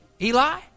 Eli